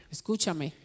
Escúchame